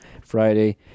Friday